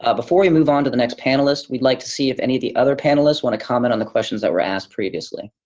ah before we move on to the next panelist, we'd like to see if any of the other panelists wanna comment on the questions that were asked previously.